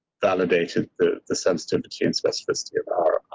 validated the the sensitivity and specificity of our